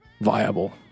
viable